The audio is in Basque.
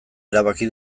erabaki